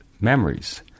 memories